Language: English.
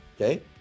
okay